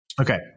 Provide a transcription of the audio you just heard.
Okay